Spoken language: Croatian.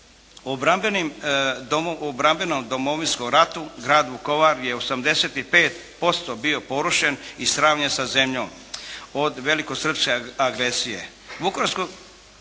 U obrambenom Domovinskom ratu grad Vukovar je 85% bio porušen i sravnjen sa zemljom od velikosrpske agresije.